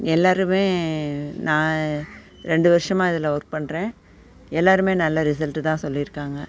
எல்லாேருமே நான் ரெண்டு வருஷமாக இதில் ஒர்க் பண்ணுறேன் எல்லாேருமே நல்ல ரிசல்ட்டு தான் சொல்லியிருக்காங்க